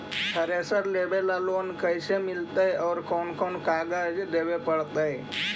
Thresher लेबे ल loan कैसे मिलतइ और कोन कोन कागज देबे पड़तै?